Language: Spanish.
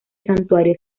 santuario